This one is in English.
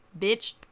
bitch